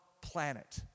planet